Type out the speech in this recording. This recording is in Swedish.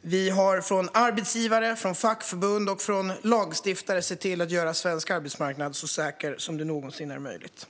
Vi har från arbetsgivare, fackförbund och lagstiftare sett till att göra svensk arbetsmarknad så säker som det någonsin är möjligt.